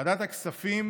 ועדת הכספים